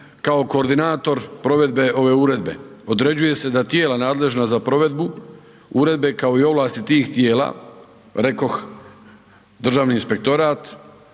kao koordinator provedbe ove uredbe. Određuje se da tijela nadležna za provedbu uredbe kao i ovlasti tih tijela, rekoh Državni inspektorat,